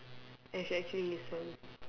and should actually listen